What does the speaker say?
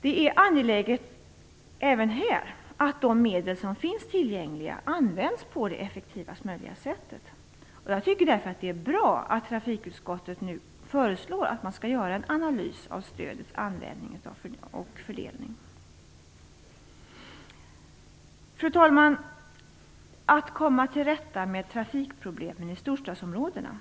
Det är angeläget även här att de medel som finns tillgängliga används på det effektivast möjliga sättet. Jag tycker därför att det är bra att trafikutskottet nu föreslår att man skall göra en analys av stödets användning och fördelning. Fru talman! Att komma till rätta med trafikproblemen i storstadsområdena